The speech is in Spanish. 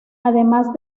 además